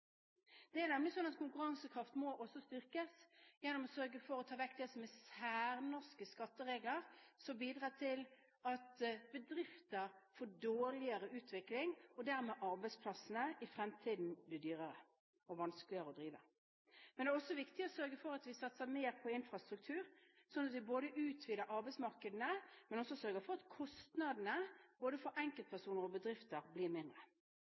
Konkurransekraften må nemlig også styrkes, gjennom å sørge for å ta vekk det som er særnorske skatteregler, som bidrar til at bedrifter får en dårligere utvikling, og at arbeidsplassene i fremtiden blir dyrere og vanskeligere å drive. Det er også viktig at vi satser mer på infrastruktur, slik at vi utvider arbeidsmarkedene og sørger for at kostnadene blir mindre, både for enkeltpersoner og bedrifter.